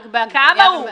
כמה הוא?